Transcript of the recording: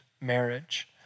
marriage